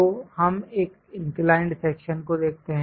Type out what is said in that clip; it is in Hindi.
तो हम एक इंक्लाइंड सेक्शन को देखते हैं